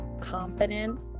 confident